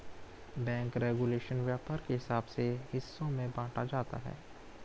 bank regulation व्यापार के हिसाब से हिस्सों में बांटा जाता है